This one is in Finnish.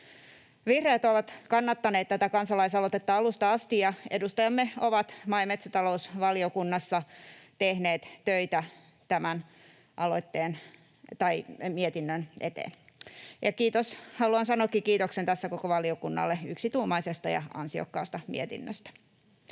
Vihreät ovat kannattaneet tätä kansalaisaloitetta alusta asti, ja edustajamme ovat maa- ja metsätalousvaliokunnassa tehneet töitä tämän mietinnön eteen. Ja kiitos, haluankin sanoa kiitoksen tässä koko valiokunnalle yksituumaisesta ja ansiokkaasta mietinnöstä.